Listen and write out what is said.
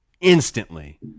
instantly